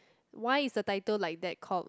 why is the title like that called